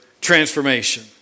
transformation